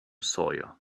sawyer